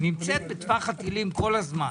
נמצאת בטווח הטילים כל הזמן.